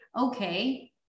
okay